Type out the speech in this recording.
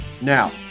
Now